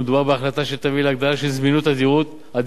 מדובר בהחלטה שתביא להגדלה של זמינות הדירות